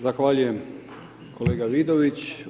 Zahvaljujem kolega Vidović.